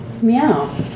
Meow